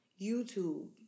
YouTube